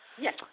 Yes